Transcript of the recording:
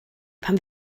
pan